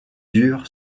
dur